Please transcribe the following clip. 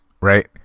Right